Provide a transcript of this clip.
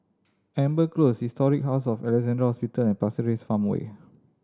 Amber Close Historic House of Alexandra Hospital and Pasir Ris Farmway